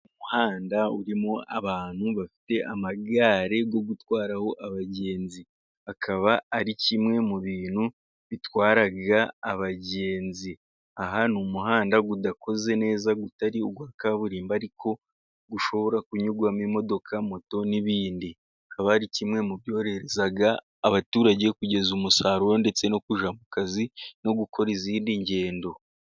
Umuhanda urimo abantu bafite amagare yo gutwaraho abagenzi, akaba ari kimwe mu bintu bitwara abagenzi, aha ni umuhanda udakoze neza, utari uwa kaburimbo, ariko ushobora kunyurwamo imodoka, moto n'ibindi, akaba ari kimwe mu byorohereza abaturage kugeza umusaruro, ndetse no kujya mu kazi, no gukora izindi ngendo.